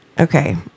Okay